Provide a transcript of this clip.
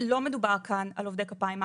לא מדובר כאן על עובדי כפיים.